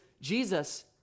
Jesus